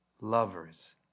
lovers